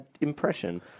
impression